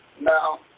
Now